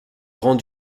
grands